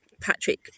Patrick